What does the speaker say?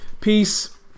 peace